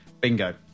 Bingo